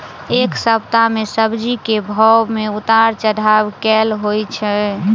एक सप्ताह मे सब्जी केँ भाव मे उतार चढ़ाब केल होइ छै?